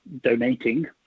donating